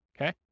Okay